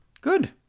good